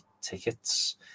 tickets